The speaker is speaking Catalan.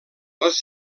els